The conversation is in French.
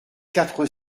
quatre